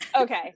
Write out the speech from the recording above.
Okay